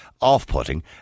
off-putting